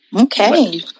Okay